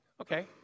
Okay